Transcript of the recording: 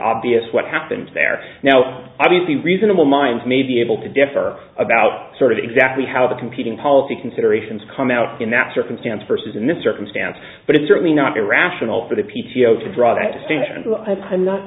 obvious what happened there now obviously reasonable minds may be able to differ about sort of exactly how the competing policy considerations come out in that circumstance versus in this circumstance but it's certainly not irrational for the p t o to draw that distinction